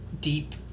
deep